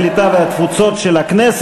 הקליטה והתפוצות נתקבלו.